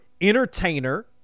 entertainer